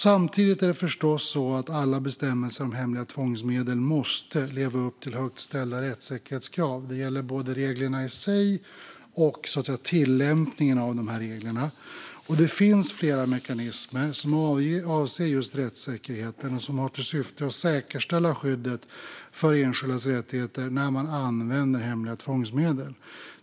Samtidigt är det förstås så att alla bestämmelser om hemliga tvångsmedel måste leva upp till högt ställda rättssäkerhetskrav. Det gäller både reglerna i sig och tillämpningen av dem. Det finns flera mekanismer som avser just rättssäkerheten och som har till syfte att säkerställa skyddet för enskildas rättigheter när man använder hemliga tvångsmedel.